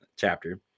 Chapter